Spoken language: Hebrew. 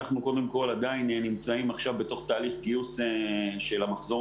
אנחנו קודם כול עדיין נמצאים עכשיו בתוך תהליך גיוס של המחזור